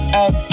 out